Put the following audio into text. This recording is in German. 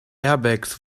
airbags